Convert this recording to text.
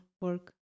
work